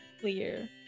clear